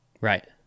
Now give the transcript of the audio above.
right